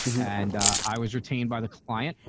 and i was retained by the client.